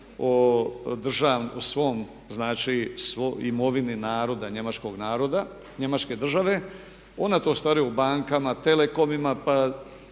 o svojoj imovini naroda, njemačkog naroda, njemačke države. Ona to ostvaruje u bankama, telekomima pa